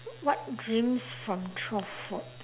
what dreams from childhood